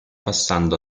passando